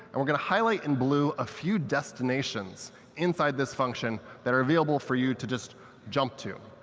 and we're going to highlight in blue a few destinations inside this function that are available for you to just jump to.